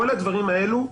כל הדברים האלו,